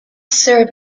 syrup